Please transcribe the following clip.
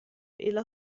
إلى